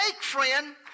friend